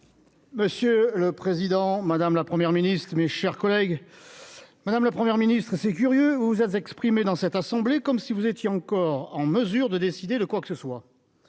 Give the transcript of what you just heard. Monsieur le Président Madame la première ministre, mes chers collègues Madame la première ministre c'est curieux ou vous êtes exprimée dans cette assemblée, comme si vous étiez encore en mesure de décider de quoi que ce soit,